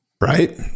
right